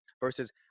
Versus